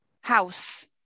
house